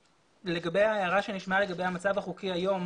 לגבי ההערה שנשמעה לגבי המצב החוקי היום.